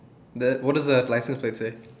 the what does that license plate say